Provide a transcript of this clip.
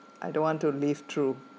I don't want to live through